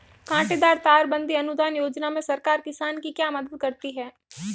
कांटेदार तार बंदी अनुदान योजना में सरकार किसान की क्या मदद करती है?